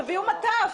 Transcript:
הישיבה ננעלה